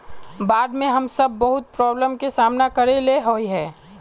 बाढ में हम सब बहुत प्रॉब्लम के सामना करे ले होय है?